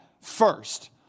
first